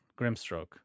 Grimstroke